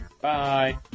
bye